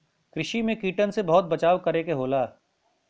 कृषि में कीटन से बहुते बचाव करे क होला